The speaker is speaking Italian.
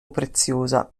preziosa